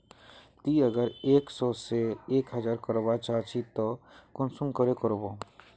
ती अगर एक सो से एक हजार करवा चाँ चची ते कुंसम करे करबो?